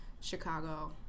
Chicago